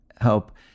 help